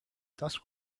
dusk